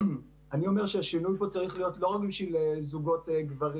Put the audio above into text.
אני אומר שהשינוי פה צריך להיות לא רק בשביל זוגות גברים